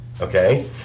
Okay